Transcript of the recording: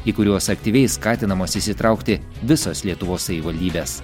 į kuriuos aktyviai skatinamos įsitraukti visos lietuvos savivaldybės